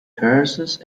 curses